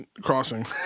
crossing